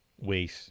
wait